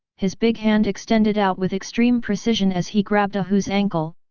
his big hand extended out with extreme precision as he grabbed a hu's ankle,